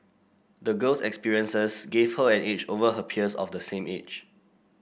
the girl's experiences gave her an edge over her peers of the same age